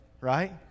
Right